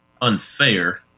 unfair